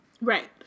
right